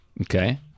Okay